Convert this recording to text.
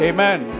Amen